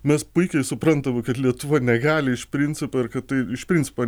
mes puikiai suprantam kad lietuva negali iš principo ir kad tai iš principo